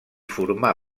formà